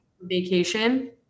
vacation